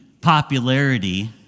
popularity